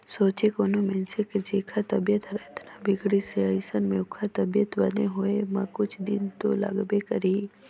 सोंचे कोनो मइनसे के जेखर तबीयत हर अतना बिगड़िस हे अइसन में ओखर तबीयत बने होए म कुछ दिन तो लागबे करही